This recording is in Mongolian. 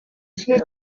шигээ